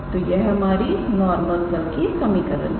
तो यह हमारी नॉर्मल तल की समीकरण थी